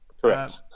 Correct